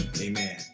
Amen